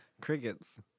Crickets